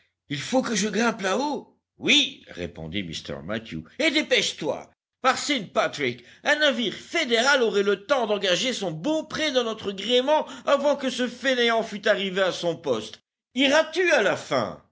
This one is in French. il faut que je grimpe là-haut oui répondit mr mathew et dépêche-toi par saintpatrick un navire fédéral aurait le temps d'engager son beaupré dans notre gréement avant que ce fainéant fût arrivé à son poste iras-tu à la fin